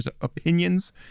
opinions